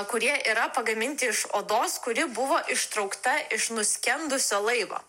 kurie yra pagaminti iš odos kuri buvo ištraukta iš nuskendusio laivo